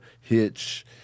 Hitch